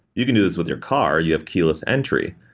you can do this with your car. you have keyless entry.